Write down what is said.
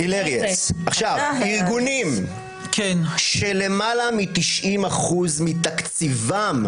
ארגונים, שלמעלה מ-90% מתקציבם,